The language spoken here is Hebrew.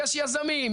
יש יזמים,